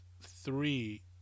three